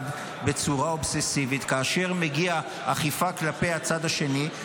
בצורה אובססיבית כאשר מגיעה אכיפה כלפי הצד השני,